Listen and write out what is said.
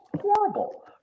horrible